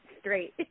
straight